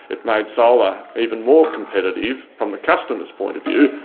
it made solar even more competitive from the customer's point of view,